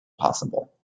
possible